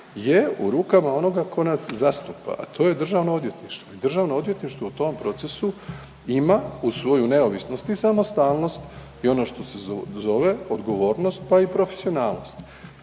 je u rukama onoga tko nas zastupa, a to je Državno odvjetništvo. Državno odvjetništvo u tom procesu ima uz svoju neovisnost i samostalnost i ono što se zove odgovornost pa i profesionalnost.